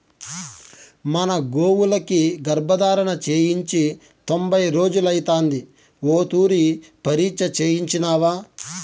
మన గోవులకి గర్భధారణ చేయించి తొంభై రోజులైతాంది ఓ తూరి పరీచ్ఛ చేయించినావా